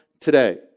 today